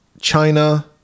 China